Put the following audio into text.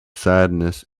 sadness